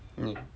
mm